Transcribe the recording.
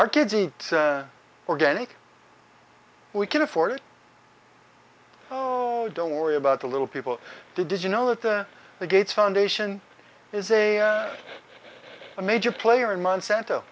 our kids eat organic we can afford it oh don't worry about the little people did you know that the the gates foundation is a major player in month sant